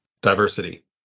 diversity